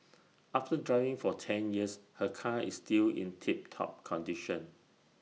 after driving for ten years her car is still in tip top condition